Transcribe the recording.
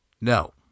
no